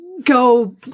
go